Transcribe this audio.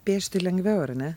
piešti lengviau ar ne